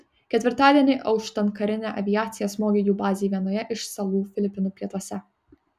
ketvirtadienį auštant karinė aviacija smogė jų bazei vienoje iš salų filipinų pietuose